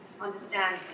understand